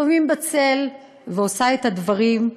לפעמים בצל, ועושה את הדברים,